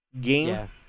game